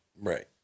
right